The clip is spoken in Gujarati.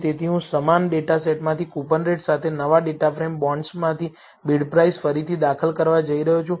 તેથી હું સમાન ડેટાસેટમાંથી કૂપનરેટ સાથે નવા ડેટાફ્રેમ બોન્ડ્સમાંથી બિડપ્રાઇસ ફરીથી દાખલ કરવા જઇ રહ્યો છું